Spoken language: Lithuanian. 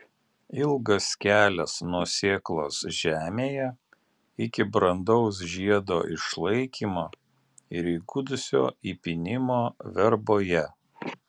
ilgas kelias nuo sėklos žemėje iki brandaus žiedo išlaikymo ir įgudusio įpynimo verboje